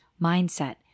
mindset